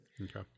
Okay